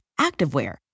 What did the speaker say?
activewear